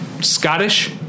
Scottish